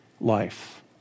life